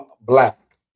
black